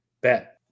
Bet